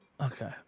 Okay